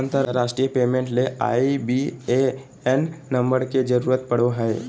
अंतरराष्ट्रीय पेमेंट ले IBAN number के जरूरत पड़ो हय